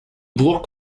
burg